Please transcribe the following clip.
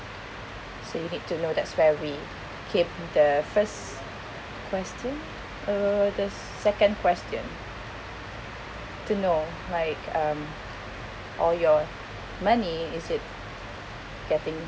so you need to know that's where we came the first question uh the second question to know like um all your money is it getting